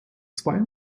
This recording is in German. zwei